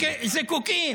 רגע,